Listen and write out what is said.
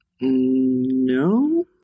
No